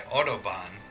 Autobahn